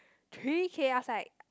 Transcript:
three K I was like